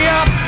up